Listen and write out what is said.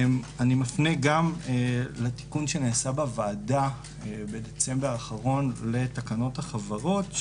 אני מפנה גם לתיקון שנעשה בוועדה בדצמבר האחרון לתקנות החברות,